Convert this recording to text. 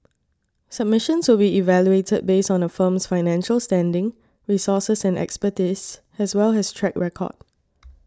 submissions will be evaluated based on a firm's financial standing resources and expertise as well as track record